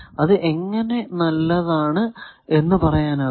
അത് എങ്ങനെ നല്ലതാണ് എന്ന് പറയാനാകും